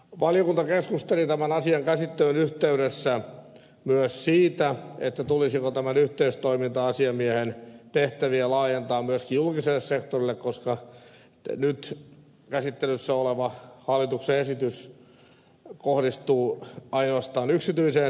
valiokunta keskusteli tämän asian käsittelyn yhteydessä myös siitä tulisiko tämän yhteistoiminta asiamiehen tehtäviä laajentaa myös julkiselle sektorille koska nyt käsittelyssä oleva hallituksen esitys kohdistuu ainoastaan yksityiseen sektoriin